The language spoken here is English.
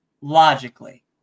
logically